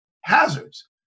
hazards